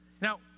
Now